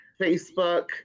Facebook